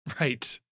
Right